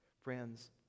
Friends